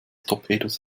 torpedos